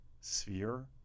sphere